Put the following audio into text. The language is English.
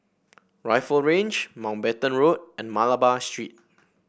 Rifle Range Mountbatten Road and Malabar Street